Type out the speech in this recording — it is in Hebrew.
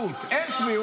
אלה שלא רוצים